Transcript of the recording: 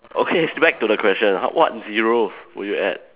okay back to the question what zeros will you add